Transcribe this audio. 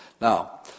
Now